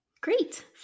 Great